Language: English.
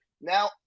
now –